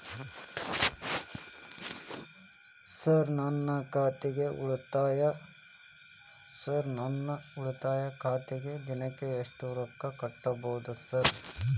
Sir ನಾನು ಉಳಿತಾಯ ಖಾತೆಗೆ ದಿನಕ್ಕ ಎಷ್ಟು ರೊಕ್ಕಾ ಕಟ್ಟುಬಹುದು ಸರ್?